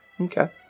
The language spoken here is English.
Okay